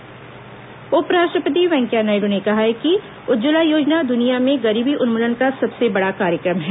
उज्जवला योजना उप राष्ट्रपति वेंकैया नायडू ने कहा है कि उज्जवला योजना दुनिया में गरीबी उन्मूलन का सबसे बड़ा कार्यक्रम है